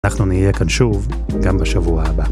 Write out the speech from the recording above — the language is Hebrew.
אנחנו נהיה כאן שוב, גם בשבוע הבא.